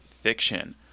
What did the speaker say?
fiction